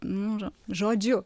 nu žodžiu